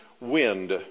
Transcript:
wind